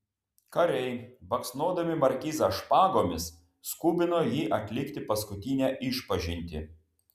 kariai baksnodami markizą špagomis skubino jį atlikti paskutinę išpažintį